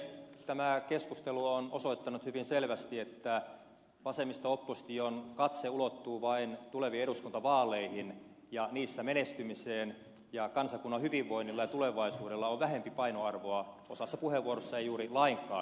tämä keskustelu on osoittanut hyvin selvästi että vasemmisto opposition katse ulottuu vain tuleviin eduskuntavaaleihin ja niissä menestymiseen ja kansakunnan hyvinvoinnilla ja tulevaisuudella on vähemmän painoarvoa osassa puheenvuoroista ei juuri lainkaan